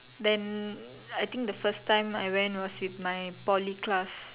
then I think the first time I went was with my Poly class